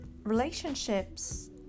relationships